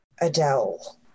Adele